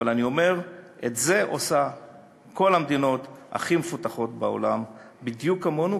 אבל אני אומר שאת זה עושות כל המדינות הכי מפותחות בעולם בדיוק כמונו,